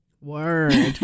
Word